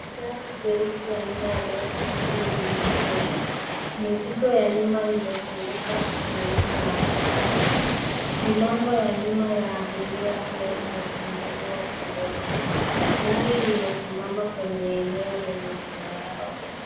Gari jeusi aina ya SUV limeegeshwa mizigo ya nyuma imefunguka, ikionyesha nafasi tupu. Milango ya nyuma ya abiria pia imefunguliwa kidogo. Gari limesimama kwenye eneo lenye changarawe.